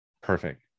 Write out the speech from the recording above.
Perfect